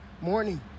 morning